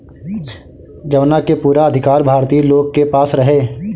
जवना के पूरा अधिकार भारतीय लोग के पास रहे